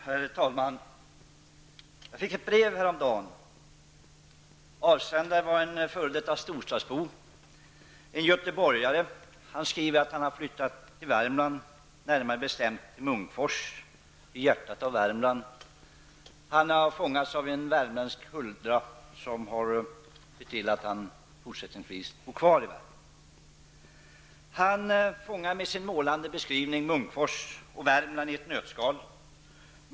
Herr talman! Jag fick ett brev häromdagen. Avsändaren var en f.d. storstadsbo, en göteborgare. Han skriver att han har flyttat till Värmland, närmare bestämt till Munkfors i hjärtat av Värmland. Han har fångats av en värmländsk huldra som ser till att han kommer att bo kvar i Med sin målande beskrivning fångar han Munkfors och Värmland i ett nötskal.